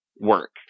work